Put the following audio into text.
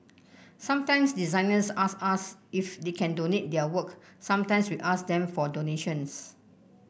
sometimes designers ask us if they can donate their work sometimes we ask them for donations